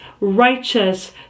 righteous